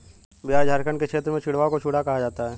बिहार झारखंड के क्षेत्र में चिड़वा को चूड़ा कहा जाता है